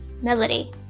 Melody